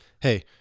hey